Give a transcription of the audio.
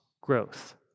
growth